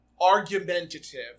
argumentative